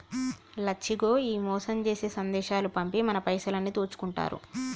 లచ్చిగో ఈ మోసం జేసే సందేశాలు పంపి మన పైసలన్నీ దోసుకుంటారు